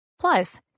Plus